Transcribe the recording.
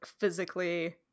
physically